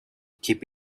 keep